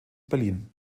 berlin